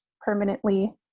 permanently